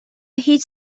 هیچ